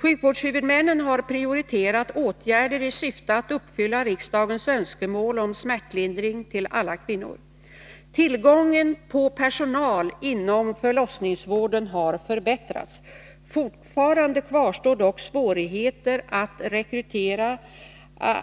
Sjukvårdshuvudmännen har prioriterat åtgärder i syfte att uppfylla riksdagens önskemål om smärtlindring till alla kvinnor. Tillgången på personal inom förlossningsvården har förbättrats. Fortfarande kvarstår dock svårigheter att rekrytera